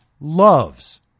loves